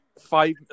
five